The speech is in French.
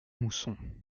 mousson